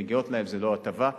זו לא הטבה,